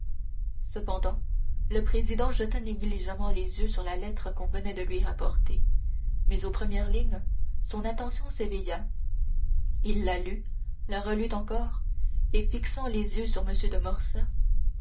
cependant le président jeta négligemment les yeux sur la lettre qu'on venait de lui apporter mais aux premières lignes son attention s'éveilla il la lut la relut encore et fixant les yeux sur m de morcerf